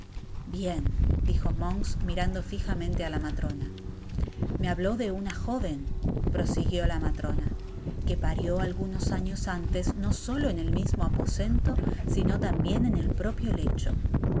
bien dijo monks mirando fijamente á la matrona me habló de una jo venprosiguió la matrona que parió algunos años antes no solo en el mismo aposento sino tambien en el propio lecho